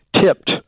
tipped